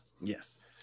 Yes